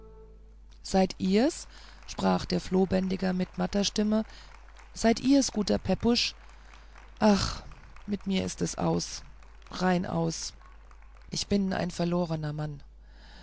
seid ihr's sprach der flohbändiger mit matter stimme seid ihr's guter pepusch ach mit mir ist es aus rein aus ich bin ein verlorner mann